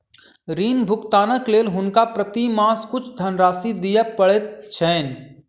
ऋण भुगतानक लेल हुनका प्रति मास किछ धनराशि दिअ पड़ैत छैन